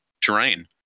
terrain